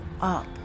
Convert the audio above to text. up